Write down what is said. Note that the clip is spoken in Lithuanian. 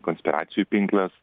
konspiracijų pinkles